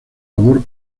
labor